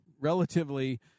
relatively